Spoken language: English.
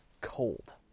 cold